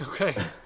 okay